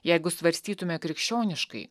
jeigu svarstytume krikščioniškai